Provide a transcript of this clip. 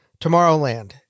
Tomorrowland